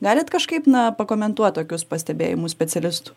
galit kažkaip na pakomentuot tokius pastebėjimus specialistų